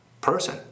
person